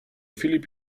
filip